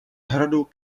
hradu